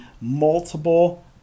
multiple